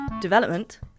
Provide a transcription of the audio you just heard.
development